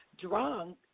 drunk